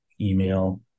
email